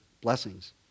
blessings